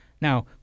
Now